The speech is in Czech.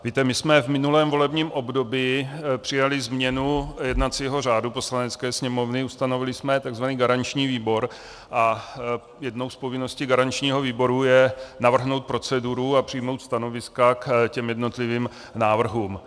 Víte, my jsme v minulém volebním období přijali změnu jednacího řádu Poslanecké sněmovny, ustanovili jsme takzvaný garanční výbor a jednou z povinností garančního výboru je navrhnout proceduru a přijmout stanoviska k jednotlivým návrhům.